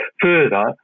further